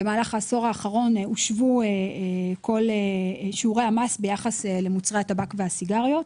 במהלך העשור האחרון הושוו שיעורי המס ביחס למוצרי הטבק והסיגריות.